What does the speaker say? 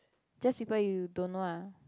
just people you don't know ah